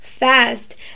fast